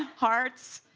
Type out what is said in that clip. hearts,